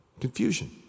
Confusion